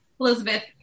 Elizabeth